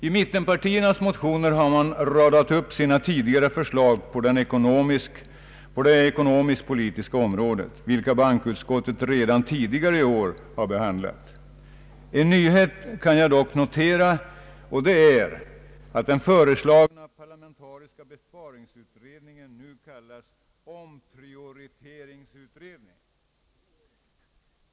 I mittenpartiernas motioner har man radat upp sina tidigare förslag på det ekonomisk-politiska området, vilka bankoutskottet redan tidigare i år har behandlat. En nyhet kan jag dock notera, och det är att den föreslagna parlamentariska besparingsutredningen nu kallas omprioriteringsutredningen.